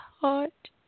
heart